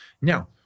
Now